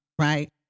Right